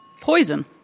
Poison